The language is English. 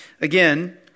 Again